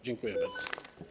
Dziękuję bardzo.